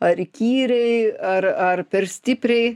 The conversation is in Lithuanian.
ar įkyriai ar ar per stipriai